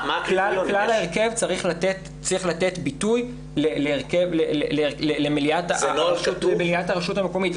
כלל ההרכב צריך לתת ביטוי למליאת הרשות הקומית.